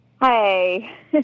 Hi